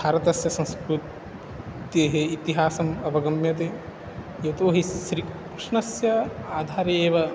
भारतस्य संस्कृतेः इतिहासम् अवगम्यते यतोहि श्रीकृष्णस्य आधारे एव